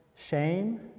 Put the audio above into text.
shame